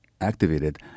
activated